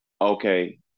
Okay